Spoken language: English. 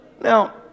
Now